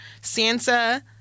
Sansa